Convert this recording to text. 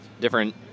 different